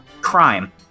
crime